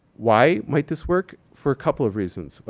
why might this work? for a couple of reasons. but